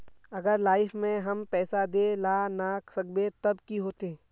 अगर लाइफ में हैम पैसा दे ला ना सकबे तब की होते?